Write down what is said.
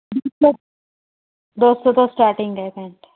ਦੋ ਸੌ ਤੋਂ ਸਟਾਰਟਿੰਗ ਹੈ ਕੈਂਠੇ